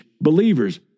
believers